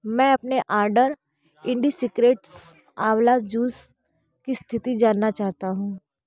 मैं अपने ऑर्डर इंडिसीक्रेटस आंवला जूस की स्थिति जानना चाहता हूँ